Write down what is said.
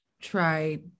try